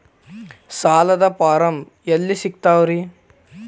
ಸಾಲದ ಫಾರಂ ಎಲ್ಲಿ ಸಿಕ್ತಾವ್ರಿ?